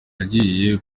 nagiye